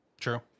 True